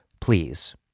Please